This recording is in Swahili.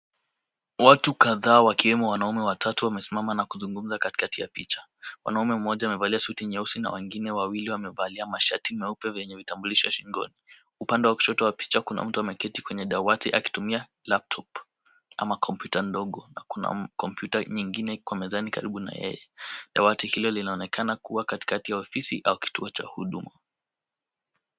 Watu kadhaa wakiwemo wanaume watatu, wamesima na kuzungummza katikati ya pichaa. Mwanaume mmoja amevalia suti nyeusi na wengine wawili wamevalia mashati meupe vyenye vitambulisho shingoni. Upande wa kushoto wa picha kuna mtu ameketi kwenye dawati akitumia laptop , ama kompyuta ndogo, na kuna kompyuta nyingine iko mezani karibu na yeye. Dawati hilo linaonekana kuwa katikati ya ofisi au kituo cha huduma.